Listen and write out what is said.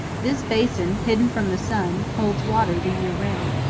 this basin, hidden from the sun, holds water the year round.